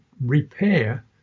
repair